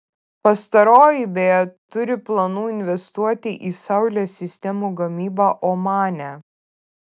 pastaroji beje turi planų investuoti į saulės sistemų gamybą omane